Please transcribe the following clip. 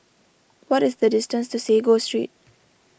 what is the distance to Sago Street